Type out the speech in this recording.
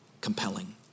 compelling